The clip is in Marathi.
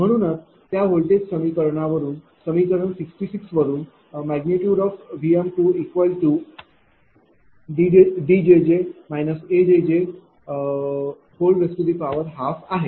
म्हणूनच त्या व्होल्टेज समीकरणावरून समीकरण 66 वरून Vm2Djj A12आहे